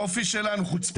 האופי שלנו, חוצפן.